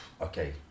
okay